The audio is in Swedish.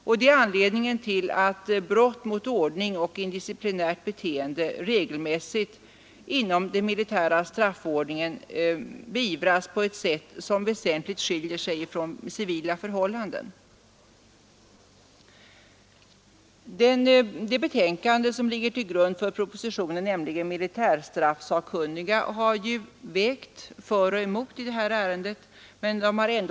Detta är anledningen till att brott mot ordning liksom indisciplinärt beteende inom det militära beivras på ett sätt som väsentligt skiljer sig från civila förhållanden. Till grund för propositionen ligger militärstraffsakkunnigas betänkande, som vägt för och emot i detta ärende.